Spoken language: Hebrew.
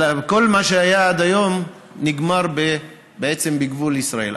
כל מה שהיה עד היום נגמר בעצם בגבול ישראל.